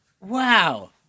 Wow